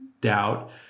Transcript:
doubt